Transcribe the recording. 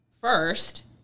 first